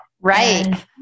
Right